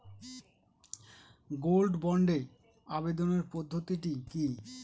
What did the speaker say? Gold বন্ডে আবেদনের পদ্ধতিটি কি?